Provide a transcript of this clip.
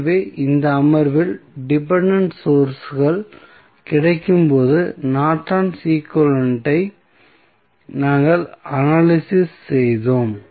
எனவே இந்த அமர்வில் டிபென்டென்ட் சோர்ஸ்கள் கிடைக்கும்போது நார்டனின் ஈக்விவலெண்ட் ஐ Nortons equivalent நாங்கள் அனலிசிஸ் செய்தோம்